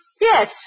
Yes